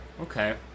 Okay